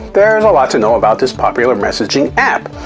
there's a lot to know about this popular messaging app.